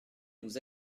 nous